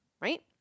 right